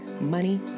money